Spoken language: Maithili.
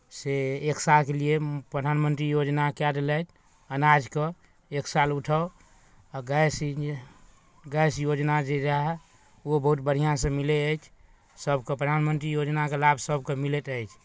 से एक सालके लिए प्रधानमंत्री योजना कए देलथि अनाजके एक साल उठाउ आओर गैस गैस योजना जे रहय ओहो बहुत बढ़िआँसँ मिलै अछि सभकेँ प्रधानमंत्री योजनाके लाभ सभकेँ मिलैत अछि